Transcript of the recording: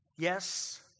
Yes